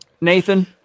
Nathan